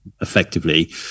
effectively